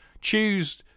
choose